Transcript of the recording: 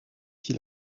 qui